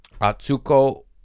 Atsuko